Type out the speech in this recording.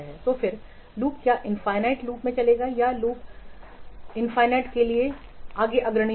तो फिर लूप क्या इनफायनाइड में चलेगा या लूप अनंत लूप के लिए अग्रणी होगा